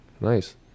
Nice